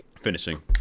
Finishing